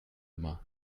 immer